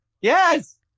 Yes